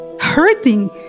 hurting